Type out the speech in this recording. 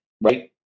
right